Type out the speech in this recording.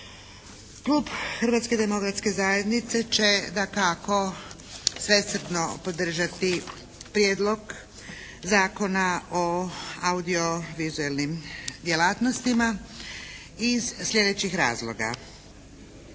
Klub Hrvatske demokratske zajednice će dakako svesrdno podržati Prijedlog zakona o audiovizualnim djelatnostima iz slijedećih razloga.